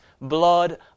blood